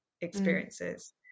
experiences